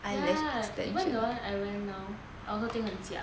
ya even the one I wear now I also think 很假